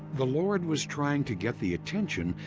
the lord was trying to get the attention.